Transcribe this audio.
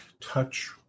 touch